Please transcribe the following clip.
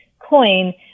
coin